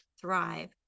thrive